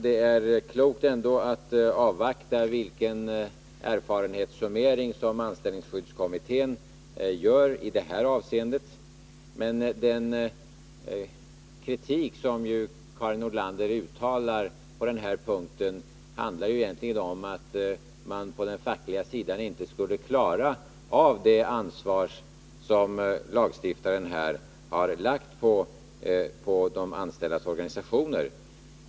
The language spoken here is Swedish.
Den kritik som ju Karin Nordlander uttalar på denna punkt handlar egentligen om att man på den fackliga sidan inte skulle klara av det ansvar som lagstiftaren har lagt på de anställdas organisationer.